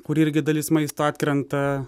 kuri irgi dalis maisto atkrenta